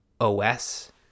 os